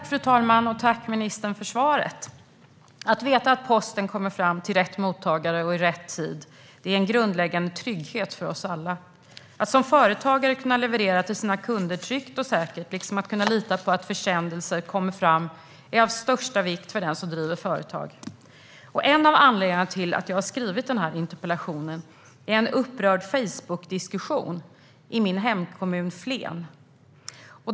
Fru talman! Tack, ministern, för svaret! Att veta att posten kommer fram till rätt mottagare och i rätt tid är en grundläggande trygghet för oss alla. Att som företagare kunna leverera till sina kunder tryggt och säkert är, liksom att kunna lita på att försändelser kommer fram, av största vikt för den som driver företag. En av anledningarna till att jag har skrivit interpellationen är en upprörd Facebookdiskussion i min hemkommun Flen.